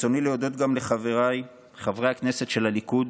ברצוני להודות גם לחבריי חברי הכנסת של הליכוד,